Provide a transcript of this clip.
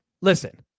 listen